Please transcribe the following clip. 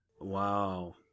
Wow